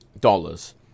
dollars